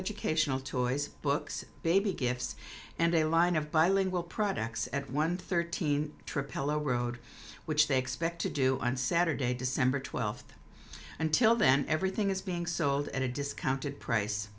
educational toys books baby gifts and a line of bilingual products at one thirteen trip pillow road which they expect to do on saturday december twelfth until then everything is being sold at a discounted price